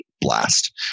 blast